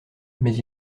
mais